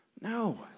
No